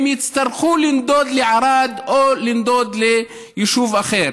הם יצטרכו לנדוד לערד או לנדוד ליישוב אחר.